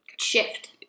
Shift